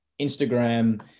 Instagram